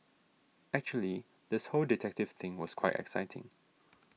actually this whole detective thing was quite exciting